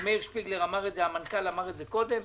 ומאיר שפיגלר המנכ"ל אמר את זה קודם,